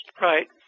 Right